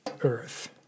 earth